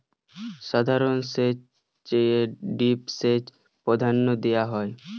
সাধারণ সেচের চেয়ে ড্রিপ সেচকে প্রাধান্য দেওয়া হয়